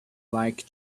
like